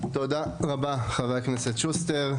לא יעלה על הדעת שלא נאפשר,